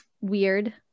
weird